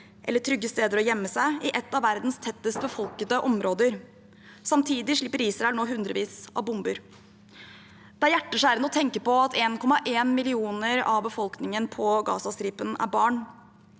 eller trygge steder å gjemme seg i et av verdens tettest befolkede områder. Samtidig slipper Israel nå hundrevis av bomber. Det er hjerteskjærende å tenke på at 1,1 millioner av befolkningen på Gazastripen er barn.